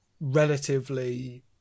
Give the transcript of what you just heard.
relatively